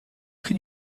could